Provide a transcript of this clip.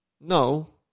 No